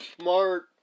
smart